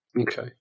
Okay